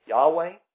Yahweh